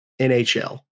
nhl